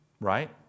Right